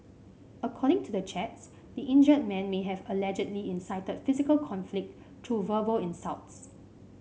according to the chats the injured man may have allegedly incited physical conflict through verbal insults